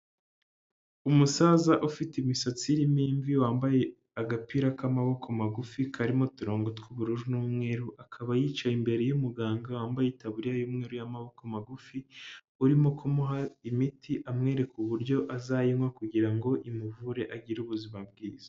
Umusaza ufite imisatsi irimo imvi wambaye agapira k'amaboko magufi karimo uturongo tw'ubururu n'umweru, akaba yicaye imbere y'umuganga wambaye itaburiya y'umweru y'amaboko magufi ,urimo kumuha imiti amwereka uburyo azayinywa kugira ngo imuvure agire ubuzima bwiza.